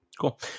cool